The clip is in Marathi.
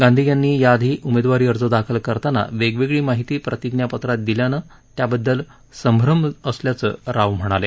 गांधी यांनी याआधी उमेदवारी अर्ज दाखल करताना वेगवेगळी माहिती प्रतिज्ञापत्रात दिल्यानं त्याबद्दल संभ्रम असल्याचं राव म्हणाले